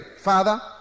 father